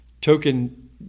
token